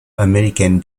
american